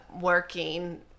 working